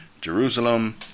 Jerusalem